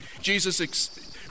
Jesus